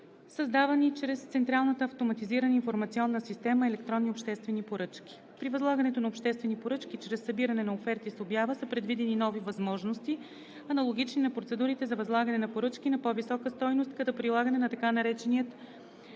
създавани чрез Централизираната автоматизирана информационна система „Електронни обществени поръчки“. При възлагането на обществени поръчки чрез събиране на оферти с обява са предвидени нови възможности, аналогични на процедурите за възлагане на поръчки на по-висока стойност, като прилагане на така наречения